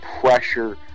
pressure